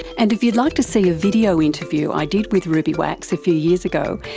and if you'd like to see a video interview i did with ruby wax a few years ago,